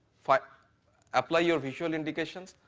but apply your visual indications,